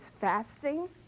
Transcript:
fasting